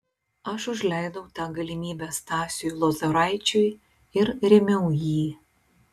aš užleidau tą galimybę stasiui lozoraičiui ir rėmiau jį